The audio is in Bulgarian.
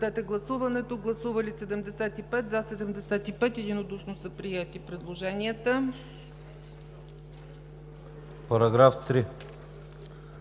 Параграф 5